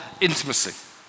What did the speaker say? intimacy